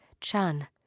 Chun